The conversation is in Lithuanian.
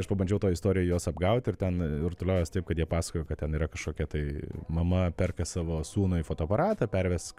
aš pabandžiau toj istorijoj juos apgaut ir ten rutuliojos taip kad jie pasakojo kad ten yra kažkokia tai mama perka savo sūnui fotoaparatą pervesk